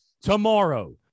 tomorrow